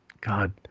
God –